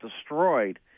destroyed